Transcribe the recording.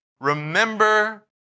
Remember